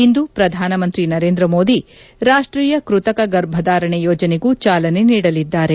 ಇಂದು ಪ್ರಧಾನಮಂತ್ರಿ ನರೇಂದ್ರ ಮೋದಿ ರಾಷ್ಷೀಯ ಕೃತಕ ಗರ್ಭಧಾರಣೆ ಯೋಜನೆಗೂ ಚಾಲನೆ ನೀಡಲಿದ್ದಾರೆ